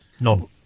none